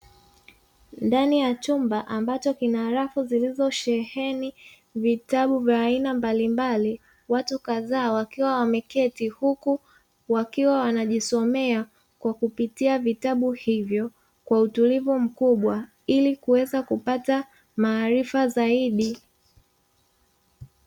Ndani ya chumba ambacho kina rafu zilizosheheni vitabu vya aina mbalimbali, watu kadhaa wakiwa wameketi huku wakiwa wanajisomea kwa kupitia vitabu hivyo kwa utulivu mkubwa ili kuweza kupata maarifa zaidi.